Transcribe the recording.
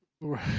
right